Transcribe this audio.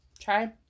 Try